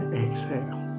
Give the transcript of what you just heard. exhale